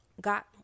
got